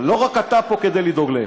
לא רק אתה פה כדי לדאוג להם,